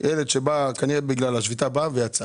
ילד שבא כנראה בגלל השביתה, ויצא.